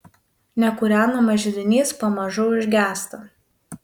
nekūrenamas židinys pamažu užgęsta